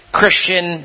Christian